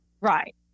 Right